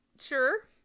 sure